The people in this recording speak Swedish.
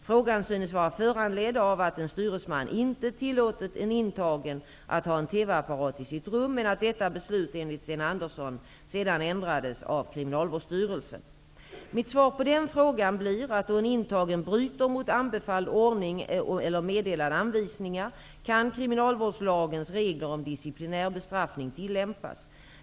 Frågan synes vara föranledd av att en styresman inte tillåtit en intagen att ha en TV apparat i sitt rum, men att detta beslut enligt Sten Mitt svar på den frågan blir, att då en intagen bryter mot anbefalld ordning eller meddelade anvisningar, kan kriminalvårdslagens regler om disciplinär bestraffning tillämpas.